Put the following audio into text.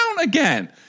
again